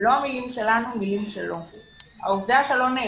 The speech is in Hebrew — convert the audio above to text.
אלה לא המילים שלנו, אלה המילים שלו.